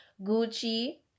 Gucci